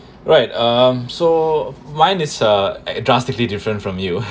right um so mine is a drastically different from you